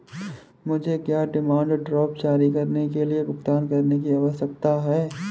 क्या मुझे demand draft जारी करने के लिए भुगतान करने की आवश्यकता है?